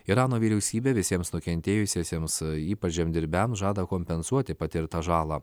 irano vyriausybė visiems nukentėjusiesiems ypač žemdirbiams žada kompensuoti patirtą žalą